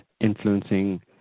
influencing